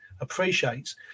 appreciates